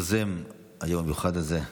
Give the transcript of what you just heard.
יוזם היום המיוחד הזה.